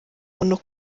umuntu